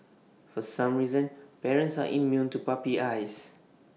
for some reason parents are immune to puppy eyes